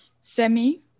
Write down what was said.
semi